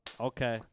Okay